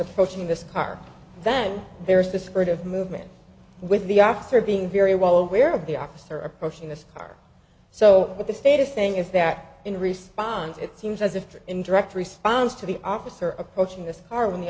approaching this car and then there's the skirt of movement with the officer being very well aware of the officer approaching this car so what the status thing is that in response it seems as if in direct response to the officer approaching this car when the